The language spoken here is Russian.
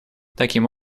таким